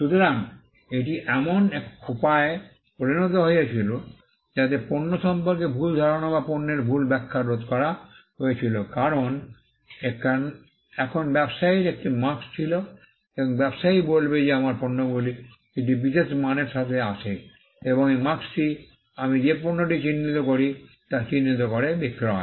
সুতরাং এটি এমন এক উপায়ে পরিণত হয়েছিল যাতে পণ্য সম্পর্কে ভুল ধারণা বা পণ্যের ভুল ব্যাখ্যা রোধ করা হয়েছিল কারণ এখন ব্যবসায়ীর একটি মার্ক্স্ ছিল এবং ব্যবসায়ী বলবে যে আমার পণ্যগুলি একটি বিশেষ মানের সাথে আসে এবং এই মার্ক্স্ টি আমি যে পণ্যটি চিহ্নিত করি তা চিহ্নিত করে বিক্রয়